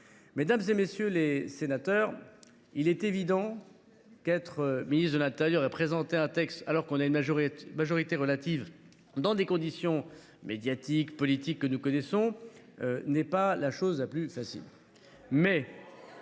Mesdames, messieurs les sénateurs, il est évident qu’être ministre de l’intérieur et présenter un texte alors que l’on ne dispose que d’une majorité relative, dans les conditions médiatiques et politiques que nous connaissons, n’est pas chose facile.